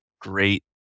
great